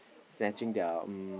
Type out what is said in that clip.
snatching their um